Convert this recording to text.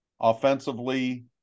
offensively